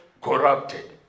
corrupted